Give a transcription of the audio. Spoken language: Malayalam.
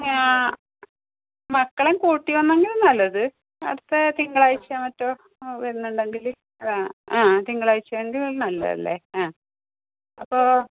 ആ മക്കളേയും കൂട്ടി വന്നെങ്കിൽ നല്ലത് അടുത്ത തിങ്കളാഴ്ചയോ മറ്റോ വരുന്നുണ്ടെങ്കിൽ ആ ആ തിങ്കളാഴ്ചയാണെങ്കിൽ നല്ലതല്ലേ ആ അപ്പോൾ